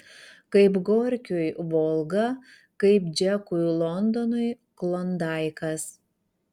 kaip gorkiui volga kaip džekui londonui klondaikas